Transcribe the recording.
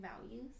values